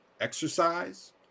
exercise